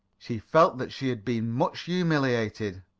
she felt that she had been much humiliated.